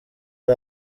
ari